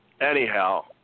anyhow